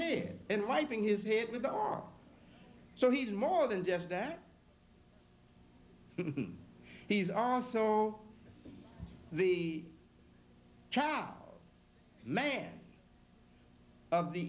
head and wiping his head with the our so he's more than just that he's also the chapel man of the